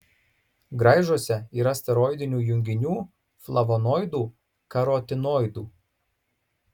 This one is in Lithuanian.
graižuose yra steroidinių junginių flavonoidų karotinoidų